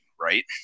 right